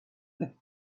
but